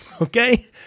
Okay